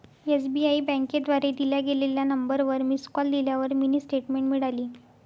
SBI बँकेद्वारे दिल्या गेलेल्या नंबरवर मिस कॉल दिल्यावर मिनी स्टेटमेंट मिळाली